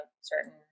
certain